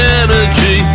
energy